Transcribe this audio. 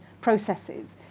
processes